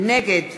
נגד